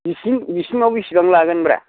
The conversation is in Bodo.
बैसिम बैसिमाव बेसेबां लागोनब्रा